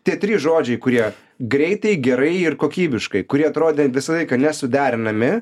tie trys žodžiai kurie greitai gerai ir kokybiškai kurie atrodė visą laiką nesuderinami